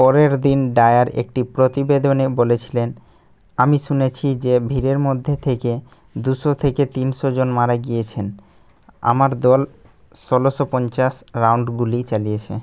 পরের দিন ডায়ার একটি প্রতিবেদনে বলেছিলেন আমি শুনেছি যে ভিড়ের মধ্যে থেকে দুশো থেকে তিনশোজন মারা গিয়েছেন আমার দল ষোলোশো পঞ্চাশ রাউন্ড গুলি চালিয়েছে